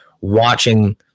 watching